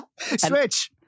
Switch